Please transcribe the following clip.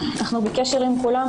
אנחנו בקשר עם כולם,